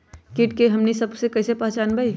किट के हमनी सब कईसे पहचान बई?